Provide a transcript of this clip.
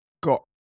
got